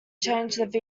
changed